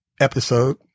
episode